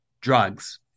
drugs